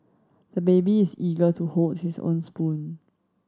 the baby is eager to hold his own spoon